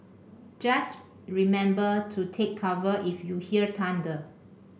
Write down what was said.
just remember to take cover if you hear thunder